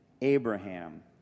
Abraham